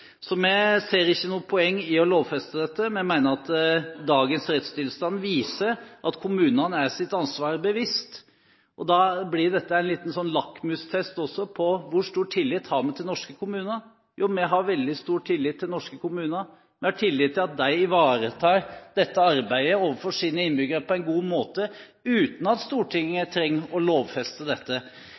Så vi ser ikke noe poeng i å lovfeste dette. Vi mener at dagens rettstilstand viser at kommunene er seg sitt ansvar bevisst. Da blir dette en liten lakmustest også på hvor stor tillit vi har til norske kommuner. Vi har veldig stor tillit til norske kommuner. Vi har tillit til at de ivaretar dette arbeidet overfor sine innbyggere på en god måte uten at Stortinget trenger å lovfeste det. Dette